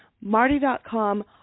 Marty.com